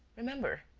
remember.